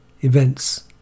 events